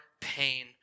pain